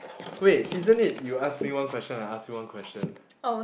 wait isn't it you ask me one question I ask you one question